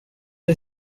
que